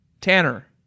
Tanner